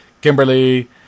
Kimberly